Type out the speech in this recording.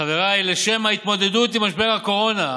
חבריי, לשם ההתמודדות עם משבר הקורונה.